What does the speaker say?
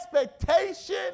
expectation